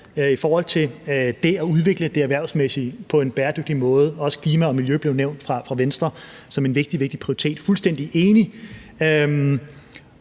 i forhold til det at udvikle det erhvervsmæssige på en bæredygtig måde – også klima og miljø blev nævnt af Venstre som en vigtig, vigtig prioritet: Jeg er fuldstændig enig.